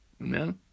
Amen